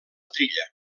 trilla